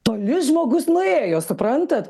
toli žmogus nuėjo suprantat